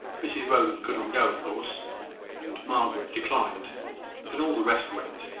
mrs rowland could not go, of course and margaret declined but all the rest went.